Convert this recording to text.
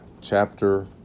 chapter